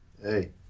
Hey